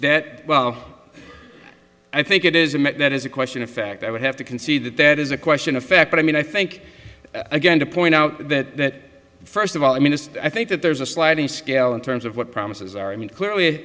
that well i think it is and that is a question of fact i would have to concede that that is a question of fact but i mean i think again to point out that first of all i mean i think that there's a sliding scale in terms of what promises are i mean clearly